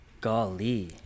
Golly